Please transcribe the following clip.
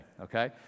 okay